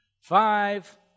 five